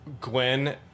Gwen